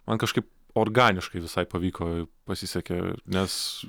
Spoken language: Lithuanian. man kažkaip organiškai visai pavyko pasisekė nes